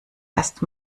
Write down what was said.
erst